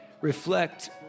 reflect